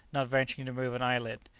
not venturing to move an eyelid.